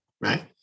Right